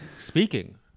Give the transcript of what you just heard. speaking